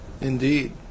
Indeed